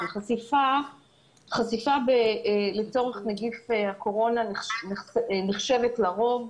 חשיפה לצורך נגיף הקורנה נחשבת, לרוב,